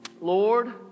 Lord